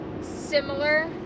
similar